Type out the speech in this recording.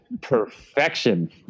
perfection